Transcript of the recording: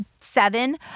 seven